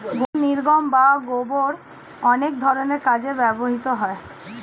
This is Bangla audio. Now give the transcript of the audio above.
গরুর নির্গমন বা গোবর অনেক ধরনের কাজে ব্যবহৃত হয়